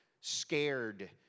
scared